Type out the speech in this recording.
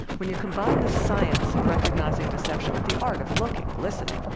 when you combine the science of recognizing deception with the art of looking, listening,